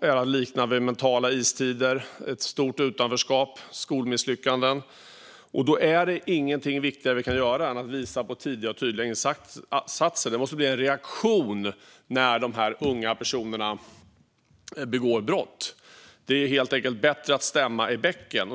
är att likna vid mentala istider. Det är ett stort utanförskap och skolmisslyckanden. Då finns det inget viktigare vi kan göra än att visa på tidiga och tydliga insatser. Det måste bli en reaktion när de här unga personerna begår brott. Det är helt enkelt bättre att stämma i bäcken.